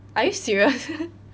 are you serious